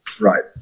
Right